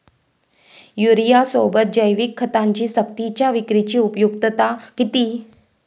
युरियासोबत जैविक खतांची सक्तीच्या विक्रीची उपयुक्तता किती?